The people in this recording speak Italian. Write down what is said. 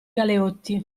galeotti